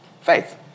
faith